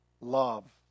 love